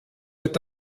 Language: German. wird